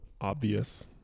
obvious